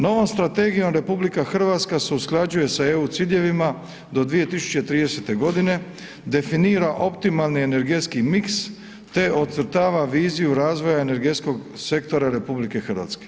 Novom strategijom RH se usklađuje sa EU ciljevima do 2030.g., definira optimalni energetski miks, te ocrtava viziju razvoja energetskog sektora RH.